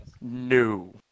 No